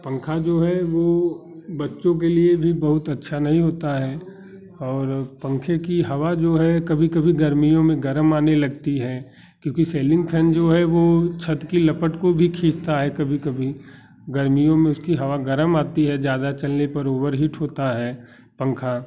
पंखा जो है वो बच्चों के लिए भी बहुत अच्छा नहीं होता है और पंखे की हवा जो है कभी कभी गर्मियों में गरम आने लगती है क्योंकि सेलिंग फैन जो है वो छत के लपट को भी खिचता है कभी कभी गर्मियों में उसकी हवा गरम आती है ज़्यादा चलाने पर ओवर हीट होता है पंखा